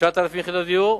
9,000 יחידות דיור,